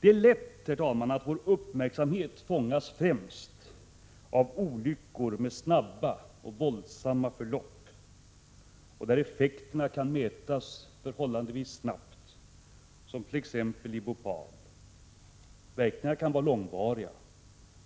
Det är lätt, herr talman, att vår uppmärksamhet fångas främst av olyckor med snabba och våldsamma förlopp och där effekterna kan mätas förhållandevis snabbt, som t.ex. i Bhopal. Verkningarna kan vara långvariga,